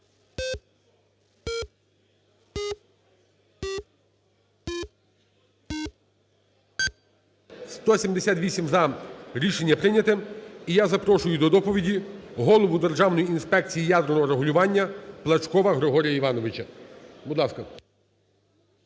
За-178 Рішення прийнято. І я запрошую до доповіді голову Державної інспекції ядерного регулювання Плачкова Григорія Івановича. Будь ласка.